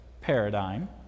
paradigm